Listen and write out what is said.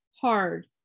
hard